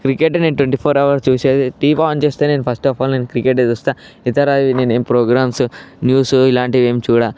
cricket నేను twenty four hours చూసేది TV on చేస్తే నేను ఫస్ట్ అఫ్ ఆల్ నేను క్రికెట్ చూస్తా ఇతర నేను ఈ ప్రోగ్రామ్సు న్యూసు ఇలాంటివేమీ చూడా